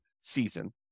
season